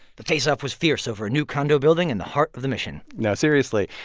the face-off was fierce over a new condo building in the heart of the mission now, seriously,